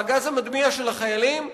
והגז המדמיע של החיילים,